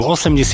80